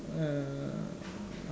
mm